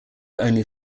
only